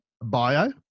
Bio